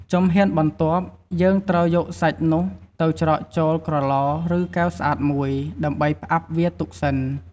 ជំហានបន្ទាប់់ យើងត្រូវយកសាច់នោះទៅច្រកចូល ក្រឡ ឬ កែវស្អាតមួយ ដើម្បីផ្អាប់វាទុកសិន។